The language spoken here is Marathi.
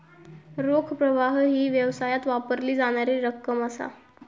रोख प्रवाह ही व्यवसायात वापरली जाणारी रक्कम असा